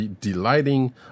delighting